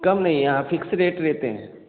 कम नहीं यहाँ fix rate रहते हैं